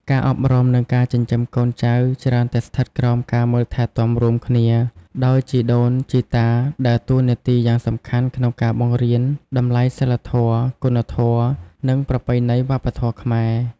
ការអប់រំ និងការចិញ្ចឹមកូនចៅច្រើនតែស្ថិតក្រោមការមើលថែទាំរួមគ្នា ដោយជីដូនជីតាដើរតួនាទីយ៉ាងសំខាន់ក្នុងការបង្រៀនតម្លៃសីលធម៌ គុណធម៌ និងប្រពៃណីវប្បធម៌ខ្មែរ។